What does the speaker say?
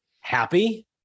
happy